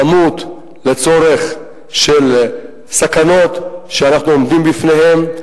כמות לצורך שמעלות הסכנות שאנחנו עומדים בפניהן,